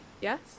yes